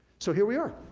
so, here we are,